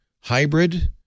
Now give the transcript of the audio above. hybrid